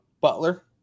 Butler